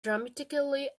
dramatically